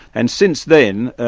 and since then,